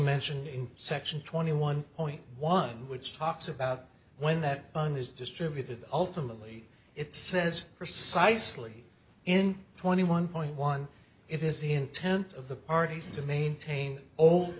mention in section twenty one point one which talks about when that fund is distributed ultimately it says for syslog in twenty one point one it is the intent of the parties to maintain